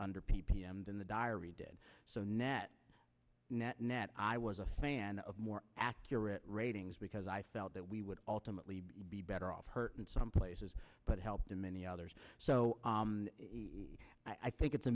under p p m than the diary did so net net net i was a fan of more accurate ratings because i felt that we would ultimately be better off her in some places but helped in many others so i think it's a